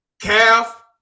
Calf